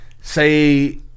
Say